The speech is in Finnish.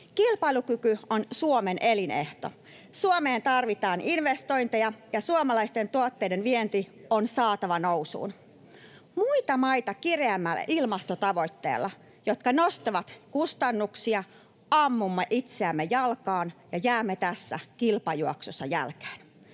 Kilpailukyky on Suomen elinehto. Suomeen tarvitaan investointeja, ja suomalaisten tuotteiden vienti on saatava nousuun. Muita maita kireämmillä ilmastotavoitteilla, jotka nostavat kustannuksia, ammumme itseämme jalkaan ja jäämme tässä kilpajuoksussa jälkeen.